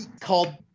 called